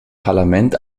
parlament